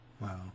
Wow